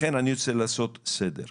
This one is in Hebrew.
לכן אני רוצה לעשות סדר,